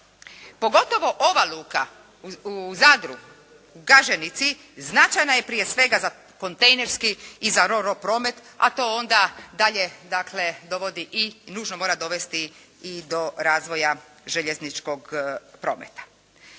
Pogotovo ova luka u Zadru, u Gaženici značajna je prije svega za kontejnerski i za … promet a to onda dalje dovodi i nužno mora dovesti do razvoja željezničkog prometa.